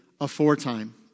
aforetime